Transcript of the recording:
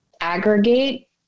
aggregate